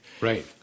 Right